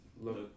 look